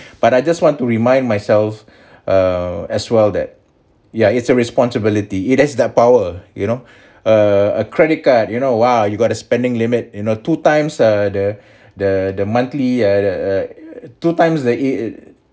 but I just want to remind myself err as well that yeah it's a responsibility it has that power you know err a credit card you know lah you got spending limit you know two times err the the the monthly uh the uh two times they it